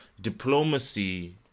diplomacy